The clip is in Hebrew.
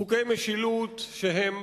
חוקי משילות שהם